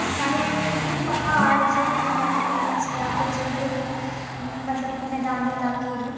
साढ़े किन्ने प्हाड़ जेह्ड़े बी माउंटेन जां फ्ही जेह्के बी मतलब मदानी इलाके न